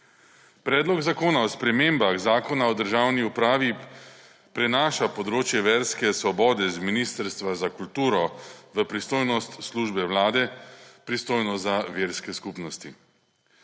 Predlog zakona o spremembah Zakona o državni upravi prinaša področje verske svobode iz Ministrstva za kulturo v pristojnosti Službe Vlade pristojno za verske skupnosti.